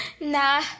Nah